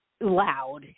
loud